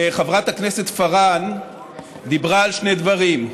חברת הכנסת פארן דיברה על שני דברים: